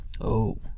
Oh